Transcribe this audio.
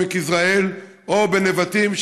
בעמק יזרעאל או בנבטים,